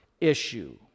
issue